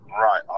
right